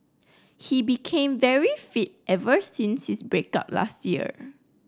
he became very fit ever since his break up last year